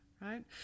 right